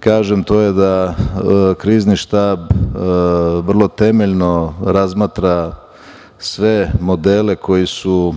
kažem to je da Krizni štab vrlo temeljno razmatra sve modele koji su